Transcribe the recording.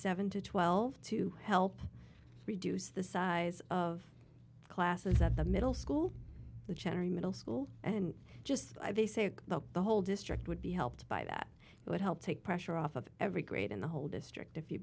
seven to twelve to help reduce the size of classes that the middle school the general middle school and just they say the whole district would be helped by that would help take pressure off of every grade in the whole district if you